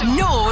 no